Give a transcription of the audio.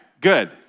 good